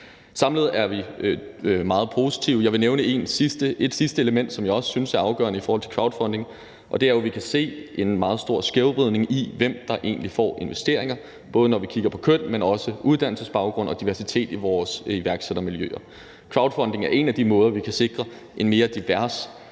Samlet set er vi meget positive. Jeg vil nævne et sidste element, som jeg også synes er afgørende i forhold til crowdfunding, og det er jo, at vi kan se en meget stor skævvridning i, hvem der egentlig får investeringer, både når vi kigger på køn, men også uddannelsesbaggrund og diversitet i vores iværksættermiljø. Crowdfunding er en af de måder, vi kan sikre en mere